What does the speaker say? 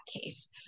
case